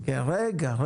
רגע.